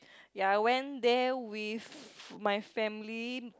ya I went there with my family